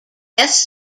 guest